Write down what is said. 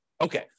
Okay